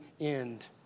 end